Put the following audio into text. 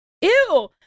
Ew